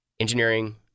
Engineering